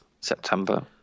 September